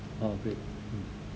part of it mm